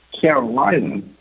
Carolina